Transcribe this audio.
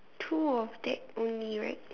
two of that only right